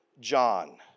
John